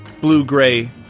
blue-gray